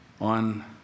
on